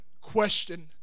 question